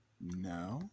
No